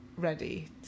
ready